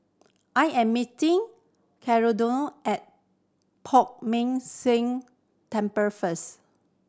I am meeting at Poh Ming Tse Temple first